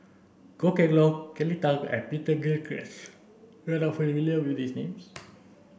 Goh Kheng Long Kelly Tang and Peter Gilchrist you are not familiar with these names